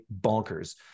bonkers